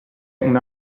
una